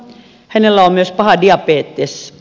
hänellä on myös paha diabetes